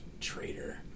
traitor